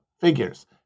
figures